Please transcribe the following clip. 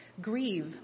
Grieve